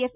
F